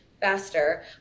faster